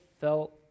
felt